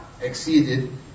exceeded